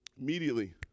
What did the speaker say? Immediately